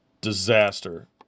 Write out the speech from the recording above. Disaster